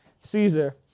Caesar